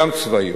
גם צבאיות.